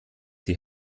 die